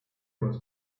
was